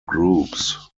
groups